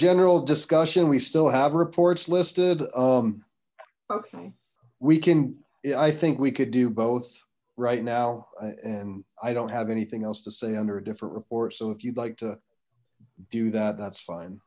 general discussion we still have reports listed okay we can i think we could do both right now and i don't have anything else to say under a different report so if you'd like to do that that's fine